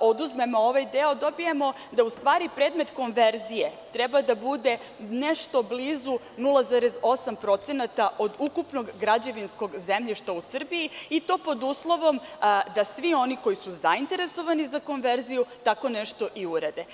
oduzmemo ovaj deo dobijamo da u stvari predmet konverzije treba da bude nešto blizu 0,8% od ukupnog građevinskog zemljišta u Srbiji, i to pod uslovom da svi oni koji su zainteresovani za konverziju tako nešto i urade.